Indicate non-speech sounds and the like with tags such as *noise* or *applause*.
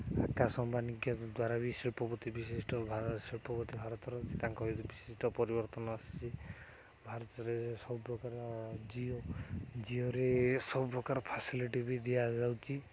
ଆକାଶ ଅମ୍ବାନୀ *unintelligible* ଦ୍ୱାରା ବି ଶିଳ୍ପପତି ବିଶିଷ୍ଟ *unintelligible* ଶିଳ୍ପପତି ଭାରତର ତାଙ୍କ ଏ ବିଶିଷ୍ଟ ପରିବର୍ତ୍ତନ ଆସିଛି ଭାରତରେ ସବୁ ପ୍ରକାର ଜିଓ ଜିଓରେ ସବୁ ପ୍ରକାର ଫ୍ୟାସିଲିଟି ବି ଦିଆଯାଉଛି